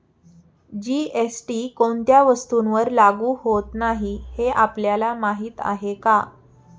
GST कोणत्या वस्तूंवर लागू होत नाही हे आपल्याला माहीत आहे का?